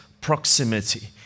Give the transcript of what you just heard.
proximity